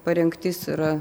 parengtis yra